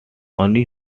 only